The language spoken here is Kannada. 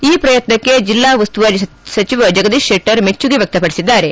ಈ ಪ್ರಯತ್ನಕ್ಕೆ ಜೆಲ್ಲಾ ಉಸ್ತುವಾರಿ ಸಚಿವ ಜಗದೀಶ್ ಶೆಟ್ಟರ್ ಮೆಚ್ಚುಗೆ ವ್ಯಕ್ತಪಡಿಸಿದ್ದಾರೆ